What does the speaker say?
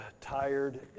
tired